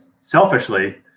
selfishly